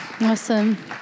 Awesome